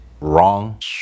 wrong